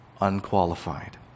unqualified